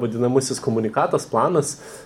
vadinamasis komunikatas planas